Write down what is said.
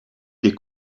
des